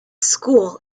school